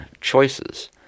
choices